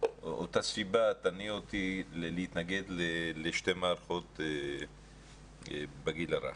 אותה סיבה תניע אותי להתנגד לשתי מערכות בגיל הרך.